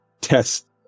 test